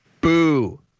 Boo